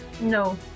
No